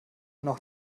noch